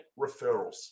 referrals